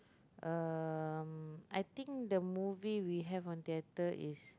um I think the movie we have on theatre is